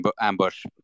ambush